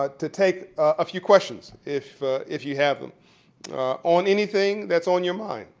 ah to take a few questions if if you have them on anything that's on your mind.